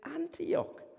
Antioch